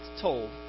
told